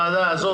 בוועדה הזאת,